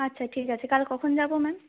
আচ্ছা ঠিক আছে কাল কখন যাব ম্যাম